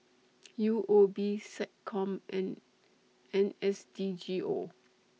U O B Seccom and N S D G O